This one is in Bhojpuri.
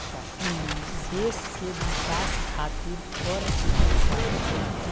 देस के विकास खारित कर लेहल जाला